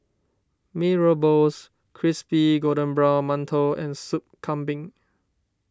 Mee Rebus Crispy Golden Brown Mantou and Soup Kambing